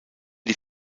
die